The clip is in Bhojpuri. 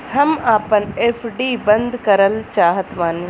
हम आपन एफ.डी बंद करल चाहत बानी